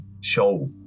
show